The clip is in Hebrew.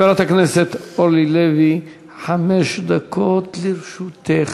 חברת הכנסת אורלי לוי, חמש דקות לרשותך.